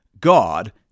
God